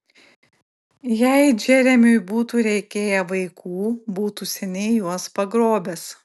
jei džeremiui būtų reikėję vaikų būtų seniai juos pagrobęs